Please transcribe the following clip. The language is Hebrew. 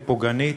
היא פוגענית,